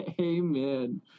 Amen